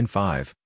five